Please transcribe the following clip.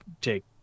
take